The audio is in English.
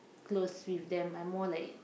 close with them I more like